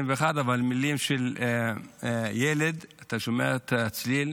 בן 21, אבל, מילים של ילד, אתה שומע את הצליל.